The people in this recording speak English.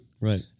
Right